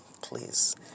please